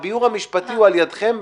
והביאור המשפטי יהיה על ידכם,